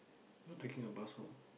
not taking a bus hop